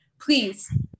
please